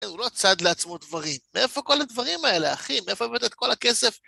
הוא לא צד לעצמו דברים, מאיפה כל הדברים האלה, אחי, מאיפה הבאת את כל הכסף?